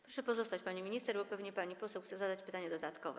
Proszę pozostać, pani minister, bo pewnie pani poseł chce zadać pytanie dodatkowe.